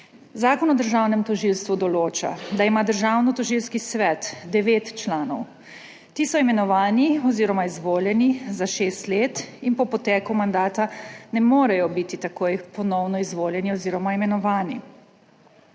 Zakon o državnem tožilstvu določa, da ima Državnotožilski svet devet članov. Ti so imenovani oziroma izvoljeni za šest let in po poteku mandata ne morejo biti takoj ponovno izvoljeni oziroma imenovani.